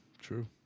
True